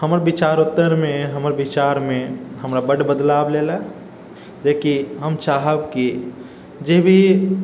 हमर विचारोत्तरमे हमर विचारमे हमरा बड्ड बदलाव लेलै जेकि हम चाहब कि जे भी